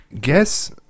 Guess